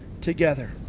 together